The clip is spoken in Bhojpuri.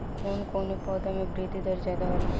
कवन कवने पौधा में वृद्धि दर ज्यादा होला?